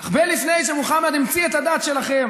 הרבה לפני שמוחמד המציא את הדת שלכם